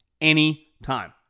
anytime